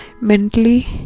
mentally